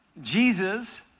Jesus